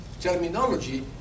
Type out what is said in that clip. terminology